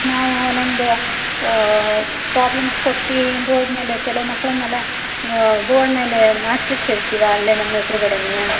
ನಾವು ಒನ್ನೊಂದು ಪ್ರಾಬ್ಲಮ್ಸ್ ಕೊಟ್ಟಿ ಬೋರ್ಡ್ ಮೇಲೆ ಕೆಲವು ಮಕ್ಕಳನ್ನೆಲ್ಲ ಬೋರ್ಡ್ ಮೇಲೆ ಮಾಡ್ಸಲಿಕ್ಕೆ ಹೇಳ್ತೀವಾ ಅಲ್ಲೆ ನಮ್ಮ ಎದರುಗಡನೆಯ